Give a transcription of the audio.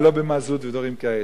ולא במזוט ודברים כאלה.